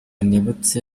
nibutse